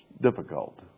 difficult